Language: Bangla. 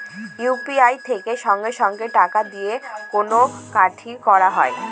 ইউ.পি.আই থেকে সঙ্গে সঙ্গে টাকা দিয়ে কেনা কাটি করা যাবে